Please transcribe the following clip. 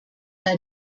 bei